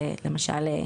למשל,